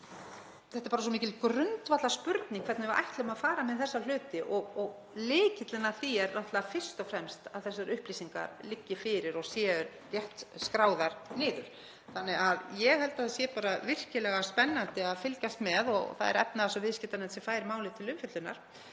Þetta er bara svo mikil grundvallarspurning, hvernig við ætlum að fara með þessa hluti, og lykillinn að því er náttúrlega fyrst og fremst að þessar upplýsingar liggi fyrir og séu rétt skráðar niður. Ég held að það verði virkilega spennandi að fylgjast með þessu. Það er efnahags- og viðskiptanefnd sem fær málið til umfjöllunar